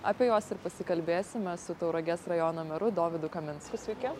apie juos ir pasikalbėsime su tauragės rajono meru dovydu kaminsku sveiki